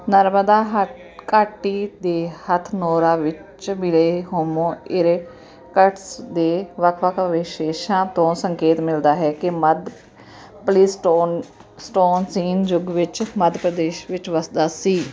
ਨਰਮਦਾ ਹਥ ਘਾਟੀ ਦੇ ਹਥਨੋਰਾ ਵਿੱਚ ਮਿਲੇ ਹੋਮੋ ਇਰੇਕਟਸ ਦੇ ਵੱਖ ਵੱਖ ਅਵਸ਼ੇਸ਼ਾਂ ਤੋਂ ਸੰਕੇਤ ਮਿਲਦਾ ਹੈ ਕਿ ਮੱਧ ਪਲੇਸਟੋਨ ਸਟੋਨਸੀਨ ਯੁੱਗ ਵਿੱਚ ਮੱਧ ਪ੍ਰਦੇਸ਼ ਵਿੱਚ ਵੱਸਦਾ ਸੀ